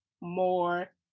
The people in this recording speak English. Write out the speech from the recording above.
more